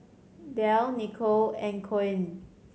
Delle Nicolle and Koen